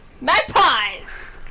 Magpies